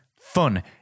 fun